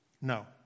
no